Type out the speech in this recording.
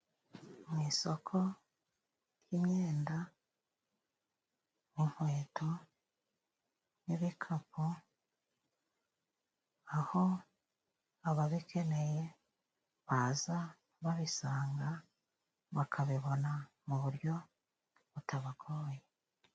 Mu isoko ry'imyenda, inkweto n'ibikapu, aho ababikeneye baza babisanga, bakabibona mu buryo butabagoye.